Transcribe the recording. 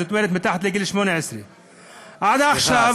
זאת אומרת מתחת לגיל 18. עד עכשיו,